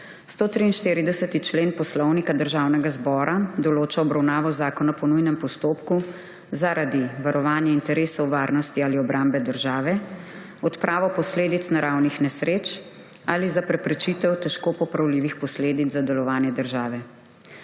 143. člen Poslovnika Državnega zbora določa obravnavo zakona po nujnem postopku zaradi varovanja interesov varnosti ali obrambe države, odprave posledic naravnih nesreč ali za preprečitev težko popravljivih posledic za delovanje države.